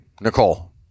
nicole